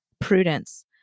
prudence